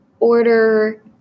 order